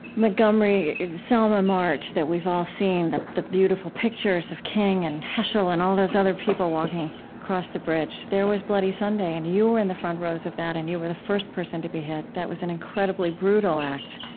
montgomery-selma march that we've all seen, the the beautiful pictures of king and heschel and all those other people walking across the bridge, there was bloody sunday. and you were in the front rows of that, and you were the first person to be hit. that was an incredibly brutal act.